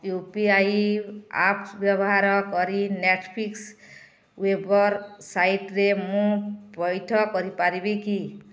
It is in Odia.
ୟୁ ପି ଆଇ ଆପ୍ସ ବ୍ୟବାହାର କରି ନେଟ୍ଫ୍ଲିକ୍ସ୍ ୱେବର୍ ସାଇଟ୍ରେ ମୁଁ ପଇଠ କରିପାରିବି କି